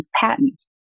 patent